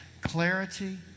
clarity